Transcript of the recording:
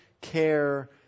care